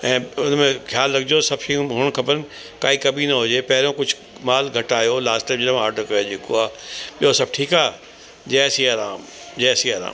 ऐं उनमें ख़्याल रखिजो सभु शयूं हुअण खपनि काई कमी न हुजे पहिरियों कुझु माल घटि आयो हो लास्ट जो ऑडर जेको आहे ॿियो सभु ठीकु आहे जय सिया राम जय सिया राम